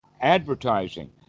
advertising